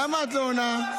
למה את לא עונה?